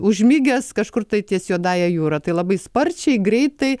užmigęs kažkur tai ties juodąja jūra tai labai sparčiai greitai